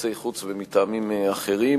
יחסי חוץ ומטעמים אחרים.